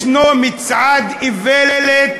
יש מצעד איוולת